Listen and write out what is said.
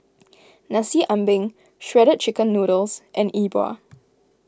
Nasi Ambeng Shredded Chicken Noodles and E Bua